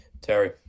Terry